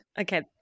okay